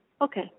Okay